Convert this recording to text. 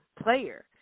player